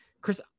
Chris